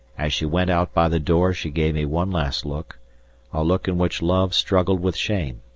as she went out by the door she gave me one last look, a look in which love struggled with shame,